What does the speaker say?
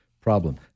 problem